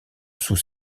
sous